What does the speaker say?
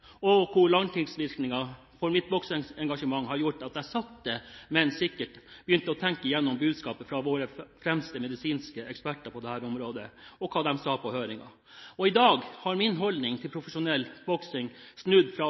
hvor langtidsvirkningen for mitt bokseengasjement har gjort at jeg sakte, men sikkert begynte å tenke gjennom budskapet fra våre fremste medisinske eksperter på dette området og hva de sa i høringen. I dag har min holdning til profesjonell boksing snudd fra